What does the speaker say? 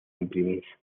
imprimir